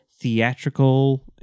theatrical